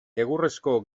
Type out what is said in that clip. egurrezko